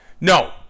No